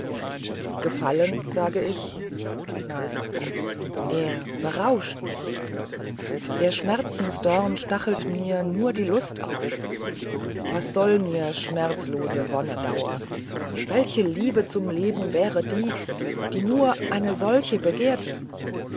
gefallen sage ich nein er berauscht mich der schmerzensdorn stachelt mir nur die lust auf was sollte mir schmerzlose wonnedauer welche liebe zum leben wäre die die nur eine solche begehrte